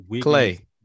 clay